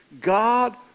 God